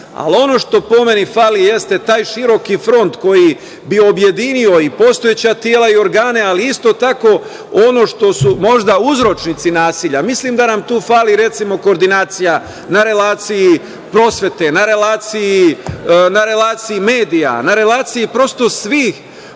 ono što, po meni, fali jeste taj široki front koji bi objedinio i postojeća tela i organe, ali isto tako ono što su možda uzročnici nasilja. Mislim da nam tu fali, recimo, koordinacija na relaciji prosvete, na relaciji medija, na relaciji prosto svih